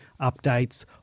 updates